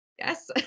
Yes